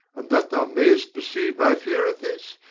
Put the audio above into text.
and, that thou mayst perceive my fear of this,